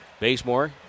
Basemore